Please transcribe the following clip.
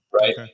Right